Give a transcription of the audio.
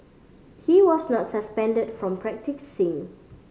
he was not suspended from practising